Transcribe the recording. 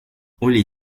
oli